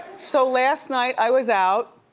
so last night i was out,